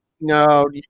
no